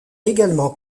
également